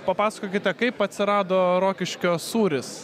papasakokite kaip atsirado rokiškio sūris